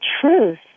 truth